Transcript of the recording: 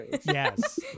Yes